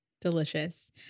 Delicious